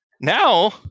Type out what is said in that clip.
now